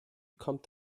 kommt